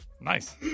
Nice